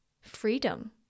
freedom